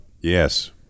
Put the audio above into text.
Yes